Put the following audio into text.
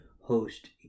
host